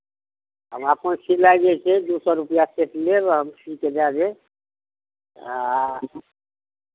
हम अपन सिलाइ जे छै दू सए रुपैआ सेट लेब हम सी कऽ दए देब आ